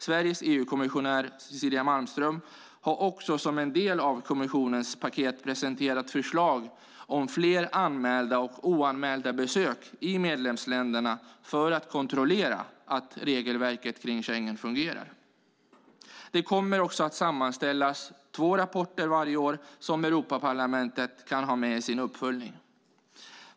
Sveriges EU-kommissionär Cecilia Malmström har också som en del av kommissionens paket presenterat förslag om fler anmälda och oanmälda besök i medlemsländerna för att kontrollera att regelverket kring Schengen fungerar. Det kommer också att sammanställas två rapporter varje år som Europaparlamentet kan ha med i sin uppföljning.